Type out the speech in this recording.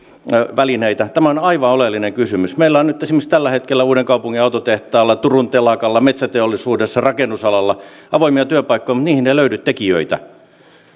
välineitä tämä on aivan oleellinen kysymys meillä on nyt esimerkiksi tällä hetkellä uudenkaupungin autotehtaalla turun telakalla metsäteollisuudessa rakennusalalla avoimia työpaikkoja mutta niihin ei löydy tekijöitä